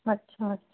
अच्छा अच्छा